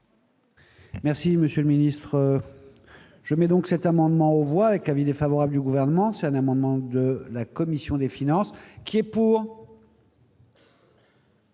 monsieur le ministre, je mets donc cet amendement au mois avec avis défavorable du gouvernement, c'est un amendement de la commission des finances, qui est pour.